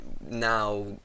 now